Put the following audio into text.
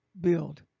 build